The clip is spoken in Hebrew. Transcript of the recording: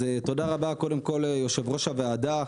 אז תודה רבה, קודם כל, יושב ראש הוועדה.